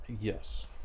Yes